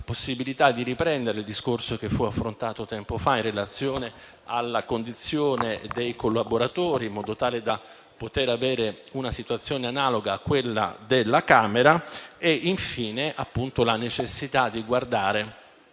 alla possibilità di riprendere il discorso che fu affrontato tempo fa in relazione alla condizione dei collaboratori, in modo da avere una situazione analoga a quella della Camera dei deputati. Infine, vi è la necessità di guardare